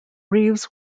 reeves